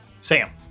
Sam